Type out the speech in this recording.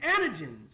antigens